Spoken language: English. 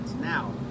Now